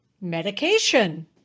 medication